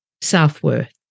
self-worth